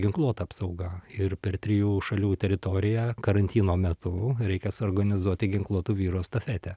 ginkluota apsauga ir per trijų šalių teritoriją karantino metu reikia suorganizuoti ginkluotų vyrų estafetę